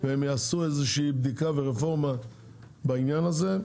והם יעשו איזושהי בדיקה ורפורמה בעניין הזה.